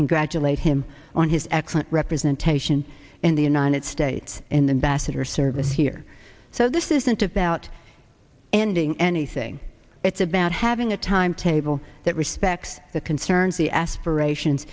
congratulate him on his excellent representation in the united states in the basket or service here so this isn't about ending anything it's about having a timetable that respects the concerns the aspirat